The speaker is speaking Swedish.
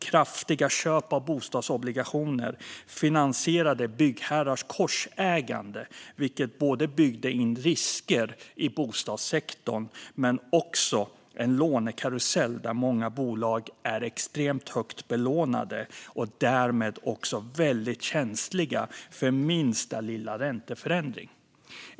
Kraftiga köp av bostadsobligationer finansierade byggherrars korsägande, vilket både byggde in risker i bostadssektorn och skapade en lånekarusell där många bolag är extremt högt belånade och därmed väldigt känsliga för minsta lilla ränteförändring.